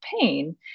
pain